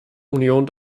union